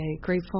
Grateful